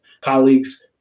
colleagues